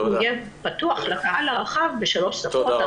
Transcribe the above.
הוא יהיה פתוח לקהל הרחב בשלוש שפות.